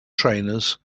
trainers